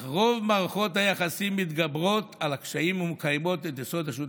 אך רוב מערכות היחסים מתגברות על הקשיים ומקיימות את יסוד השותפות.